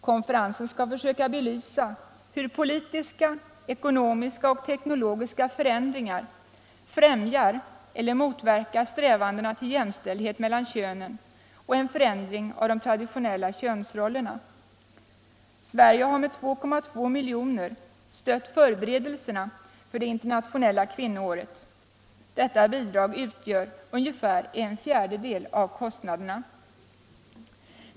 Konferensen skall försöka belysa hur politiska, ekonomiska och teknologiska förändringar främjar eller motverkar strävandena till jämställdhet mellan könen och en förändring av de traditionella könsrollerna. Sverige har med 2,2 milj.kr. stött förberedelserna för det internationella kvinnoråret. Detta bidrag utgör ungefär en fjärdedel av kostnaderna.